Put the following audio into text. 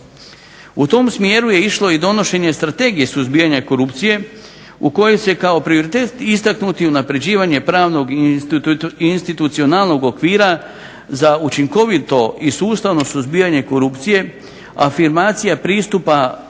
U tom smjeru je išlo i donošenje Strategije suzbijanja korupcije u kojoj se kao prioriteti istaknuti unapređivanje pravnog i institucionalnog okvira za učinkovito i sustavno suzbijanje korupcije, afirmacija pristupa